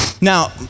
Now